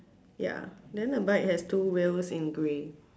ya then the bike has two wheels in grey